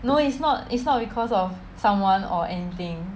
no it's not it's not because of someone or anything